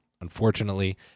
Unfortunately